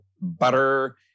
butter